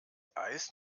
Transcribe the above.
eis